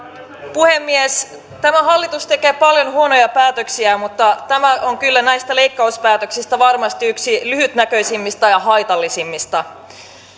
puhemies tämä hallitus tekee paljon huonoja päätöksiä mutta tämä on kyllä näistä leikkauspäätöksistä varmasti yksi lyhytnäköisimmistä ja haitallisimmista